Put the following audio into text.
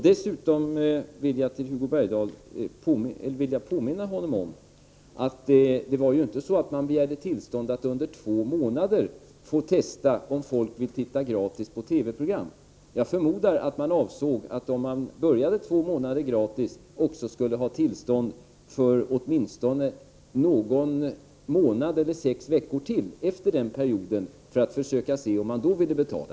Dessutom vill jag påminna Hugo Bergdahl om att man inte begärde tillstånd att under två månader få testa om folk ville se gratis på TV-program. Jag förmodar att man, sedan man hade sänt två månader gratis, avsåg att begära tillstånd för åtminstone någon månad eller sex veckor till efter den perioden för att se om tittarna då ville betala.